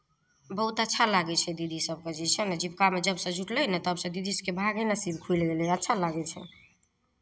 बहुत अच्छा लागै छै दीदी सभके जे छै ने जीविकामे जबसँ जुटलै ने तबसँ दीदी सभके भागे नसीब खुलि गेलै अच्छा लागै छै